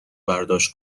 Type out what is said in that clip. برداشت